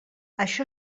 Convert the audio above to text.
això